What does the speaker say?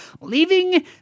leaving